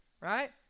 right